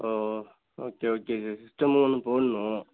ஓ ஓ okay okay சி சிஸ்டமும் ஒன்று போடணும்